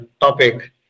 topic